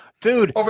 Dude